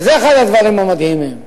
וזה אחד הדברים המדהימים,